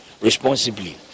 responsibly